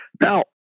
Now